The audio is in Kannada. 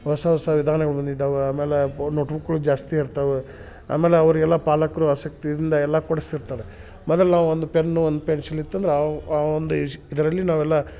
ಹೊಸ ಹೊಸ ವಿಧಾನಗಳು ಬಂದಿದಾವೆ ಆಮೇಲೆ ಪೊ ನೋಟ್ಬುಕ್ಗಳು ಜಾಸ್ತಿ ಇರ್ತವೆ ಆಮೇಲೆ ಅವರಿಗೆಲ್ಲ ಪಾಲಕರು ಆಸಕ್ತಿಯಿಂದ ಎಲ್ಲ ಕೊಡಸ್ತಿರ್ತಾರೆ ಮೊದಲು ನಾವು ಒಂದು ಪೆನ್ನು ಒಂದು ಪೆನ್ಶಿಲ್ ಇತ್ತಂದ್ರ ಅವು ಆ ಒಂದು ಇಶ್ ಇದರಲ್ಲಿ ನಾವೆಲ್ಲ